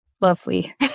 Lovely